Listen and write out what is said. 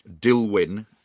Dilwyn